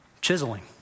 chiseling